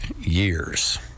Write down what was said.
years